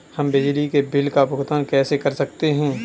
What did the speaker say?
हम बिजली के बिल का भुगतान कैसे कर सकते हैं?